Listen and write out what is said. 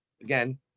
Again